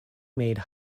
made